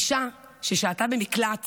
אישה ששהתה במקלט